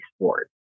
sport